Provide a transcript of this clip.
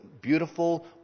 beautiful